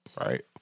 right